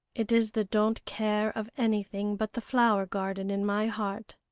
it is the don't care of anything but the flower-garden in my heart.